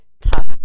tough